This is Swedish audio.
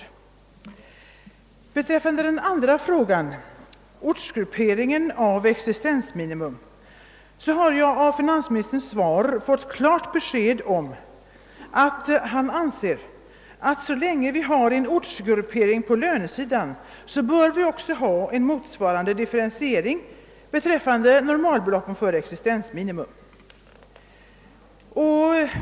Vad beträffar den andra frågan om ortsgrupperingen av existensminimum, har jag genom finansministerns svar fått klart besked om att han anser att vi så länge det finns en ortsgruppering på lönesidan också bör ha en motsvarande differentiering beträffande normalbeloppen för existensminimum.